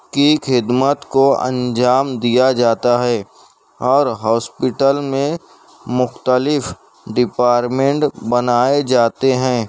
کی خدمت کو انجام دیا جاتا ہے اور ہاسپٹل میں مختلف ڈیپارٹمنٹ بنائے جاتے ہیں